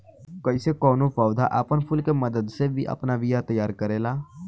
कइसे कौनो पौधा आपन फूल के मदद से आपन बिया तैयार करेला